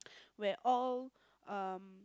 when all um